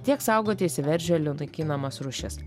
tiek saugoti įsiveržėlių naikinamas rūšis